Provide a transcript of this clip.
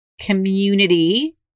community